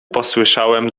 posłyszałem